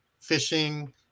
fishing